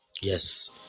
yes